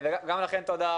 גם לכן תודה,